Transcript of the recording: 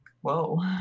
whoa